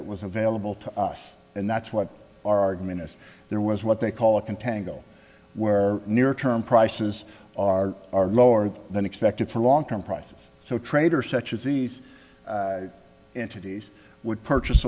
it was available to us and that's what our argument is there was what they call a can tangle where near term prices are lower than expected for long term prices so traders such as these entities would purchase